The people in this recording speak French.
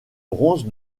bronze